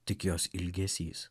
tik jos ilgesys